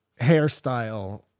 hairstyle